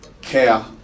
care